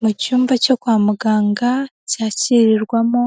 Mu cyumba cyo kwa muganga cyakirirwamo